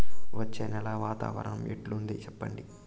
వచ్చే నెల వాతావరణం ఎట్లుంటుంది చెప్పండి?